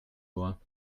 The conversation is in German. vor